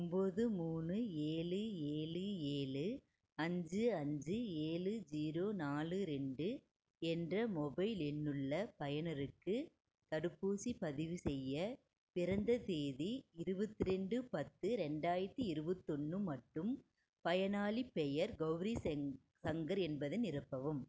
ஒம்பது மூணு ஏழு ஏழு ஏழு அஞ்சு அஞ்சு ஏழு ஜீரோ நாலு ரெண்டு என்ற மொபைல் எண்ணுள்ள பயனருக்கு தடுப்பூசிப் பதிவு செய்ய பிறந்த தேதி இருபத்ரெண்டு பத்து ரெண்டாயிரத்து இருபத்தொன்னு மற்றும் பயனாளிப் பெயர் கௌரி சங்கர் என்பதை நிரப்பவும்